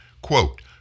quote